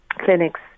clinics